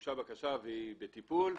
שהוגשה בקשה והיא בטיפול,